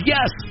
Yes